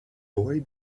boy